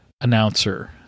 announcer